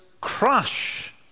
crush